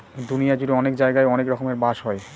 দুনিয়া জুড়ে অনেক জায়গায় অনেক রকমের বাঁশ হয়